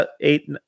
eight